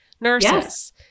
nurses